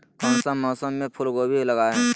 कौन सा मौसम में फूलगोभी लगाए?